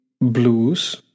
blues